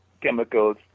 chemicals